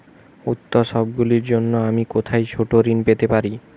উত্সবগুলির জন্য আমি কোথায় ছোট ঋণ পেতে পারি?